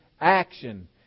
action